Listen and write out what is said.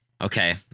okay